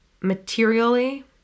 materially